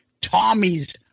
Tommy's